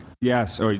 Yes